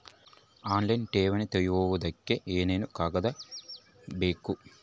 Online ಠೇವಣಿ ತೆಗಿಯೋದಕ್ಕೆ ಏನೇನು ಕಾಗದಪತ್ರ ಬೇಕು?